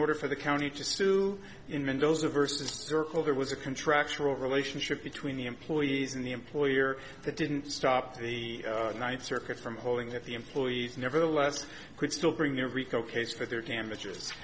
order for the county just to in mendoza versus zirkle there was a contractual relationship between the employees and the employer that didn't stop the night circuit from holding at the employees nevertheless could still bring their rico case for their damages